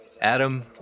Adam